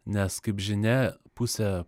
nes kaip žinia pusę